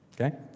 okay